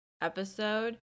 episode